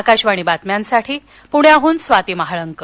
आकाशवाणी बातम्यांसाठी पुण्याहून स्वाती महाळंक